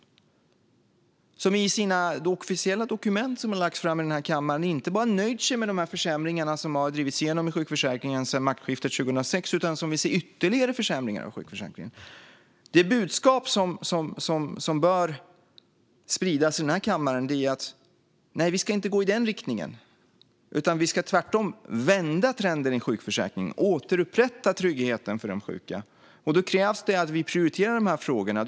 De har i sina officiella dokument som har lagts fram i den här kammaren inte bara nöjt sig med de försämringar som har drivits igenom i sjukförsäkringen sedan maktskiftet 2006, utan de vill se ytterligare försämringar av sjukförsäkringen. Det budskap som bör spridas i den här kammaren är: Nej, vi ska inte gå i den riktningen. Vi ska tvärtom vända trenden i sjukförsäkringen och återupprätta tryggheten för de sjuka. Då krävs det att vi prioriterar de här frågorna.